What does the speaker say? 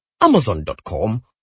Amazon.com